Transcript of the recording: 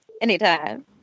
Anytime